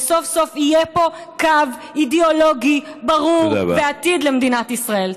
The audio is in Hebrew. וסוף-סוף יהיה פה קו אידיאולוגי ברור ועתיד למדינת ישראל.